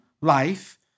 life